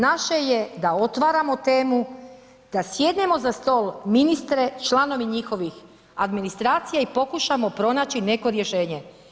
Naše je da otvaramo temu, da sjednemo za stol ministre članovi njihovih administracija i pokušamo pronaći neko rješenje.